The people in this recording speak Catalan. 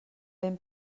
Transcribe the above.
ben